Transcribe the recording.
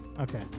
Okay